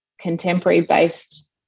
contemporary-based